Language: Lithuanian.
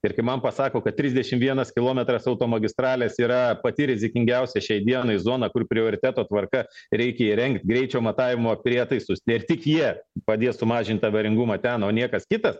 ir kai man pasako kad trisdešimt vienas kilometras automagistralės yra pati rizikingiausia šiai dienai zona kur prioriteto tvarka reikia įrengti greičio matavimo prietaisus nes tik jie padės sumažinti avaringumą ten o niekas kitas